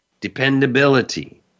dependability